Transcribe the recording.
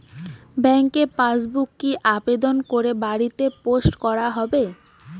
ব্যাংকের পাসবুক কি আবেদন করে বাড়িতে পোস্ট করা হবে?